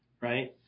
right